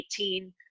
2018